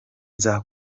nza